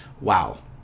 wow